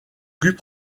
plus